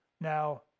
Now